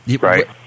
Right